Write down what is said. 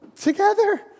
together